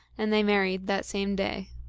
and they married that same day.